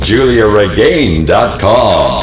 JuliaRegain.com